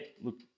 look